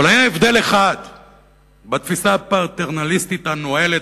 אבל היה הבדל אחד בתפיסה הפטרנליסטית הנואלת